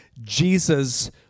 Jesus